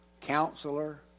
counselor